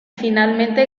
finalmente